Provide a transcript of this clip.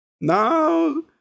No